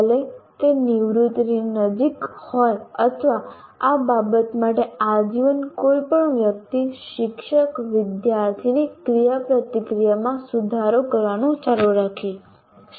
ભલે તે નિવૃત્તિની નજીક હોય અથવા આ બાબત માટે આજીવન કોઈ પણ વ્યક્તિ શિક્ષક વિદ્યાર્થીની ક્રિયાપ્રતિક્રિયામાં સુધારો કરવાનું ચાલુ રાખી શકે